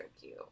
cute